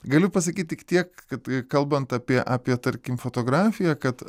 galiu pasakyt tik tiek kad kalbant apie apie tarkim fotografiją kad